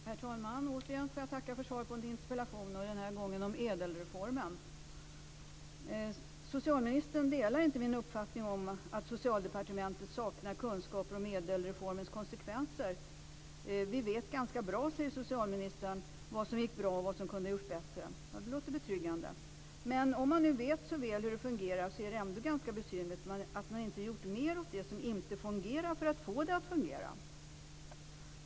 Herr talman! Återigen får jag tacka för svaret på en interpellation, den här gången om ädelreformen. Socialministern delar inte min uppfattning att Socialdepartementet saknar kunskaper om ädelreformens konsekvenser. Vi vet ganska bra, säger socialministern, vad som gick bra och vad som kunde ha gjorts bättre. Det låter betryggande. Men om man nu vet så väl hur det fungerar är det ändå ganska besynnerligt att man inte gjort mer åt det som inte fungerar för att få det att fungera.